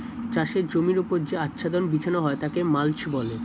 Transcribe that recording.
চাষের জমির ওপর যে আচ্ছাদন বিছানো হয় তাকে মাল্চ বলে